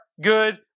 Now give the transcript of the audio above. good